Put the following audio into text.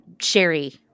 Sherry